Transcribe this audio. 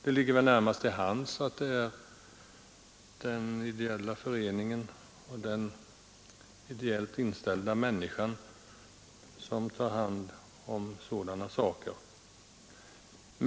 Det ligger väl närmast till hands att det är den ideella föreningen och den ideellt inställda människan som tar hand om sådana saker.